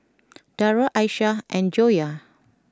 Dara Aishah and Joyah